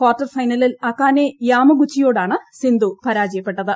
കാർട്ടർഫൈനലിൽ Akane യാമഗുച്ചിയോടാണ് സിന്ധു പരാജയപ്പെട്ടത്